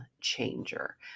changer